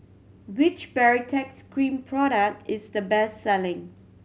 which Baritex Cream product is the best selling